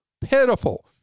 pitiful